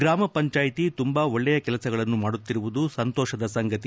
ಗ್ರಾಮ ಪಂಚಾಯಿತಿ ತುಂಬಾ ಒಳ್ಳೆಯ ಕೆಲಸಗಳನ್ನು ಮಾಡುತ್ತಿರುವುದು ಸಂತೋಷದ ಸಂಗತಿ